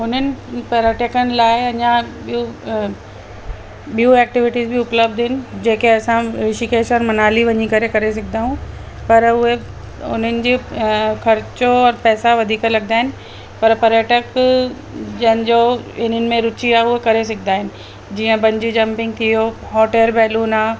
हुननि पर्यटकनि लाइ अञा ॿियूं ॿियूं एक्टिविटीज़ बि उपलब्धु आहिनि जेके असां ऋषिकेश ऐं मनाली वञी करे करे सघंदा आहियूं पर उहे उन्हनि जी अ ख़र्चो ऐं पैसा वधीक लॻंदा आहिनि पर पर्यटक जिन जो इनमें इन्हनि में रूची आहे उहे करे सघंदा आहिनि जीअं पेंजी जंप्पिंग थी वियो हॉट वॉटर बैलून आहे